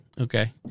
Okay